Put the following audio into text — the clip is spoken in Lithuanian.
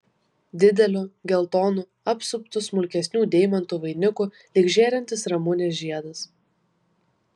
dideliu geltonu apsuptu smulkesnių deimantų vainiku lyg žėrintis ramunės žiedas